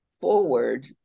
forward